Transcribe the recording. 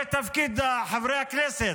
זה תפקיד חברי הכנסת,